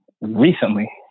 recently